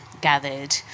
gathered